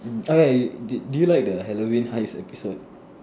okay do do you like the Halloween heist episode